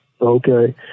okay